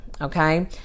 Okay